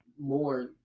more